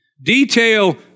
Detail